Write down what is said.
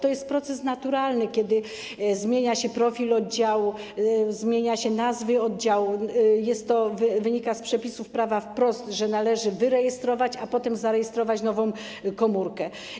To jest proces naturalny - kiedy zmienia się profil oddziału, zmienia się nazwę oddziału, to z przepisów prawa wynika wprost, że należy wyrejestrować, a potem zarejestrować nową komórkę.